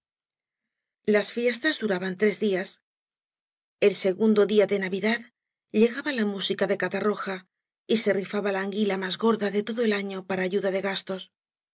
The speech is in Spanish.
las fiestas duraban tres días el segundo día de navidad llegaba la música de catarroja y se rifaba ia anguila más gorda de todo el afio para ayuda de gastos